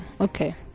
okay